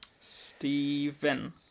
Steven